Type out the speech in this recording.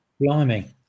blimey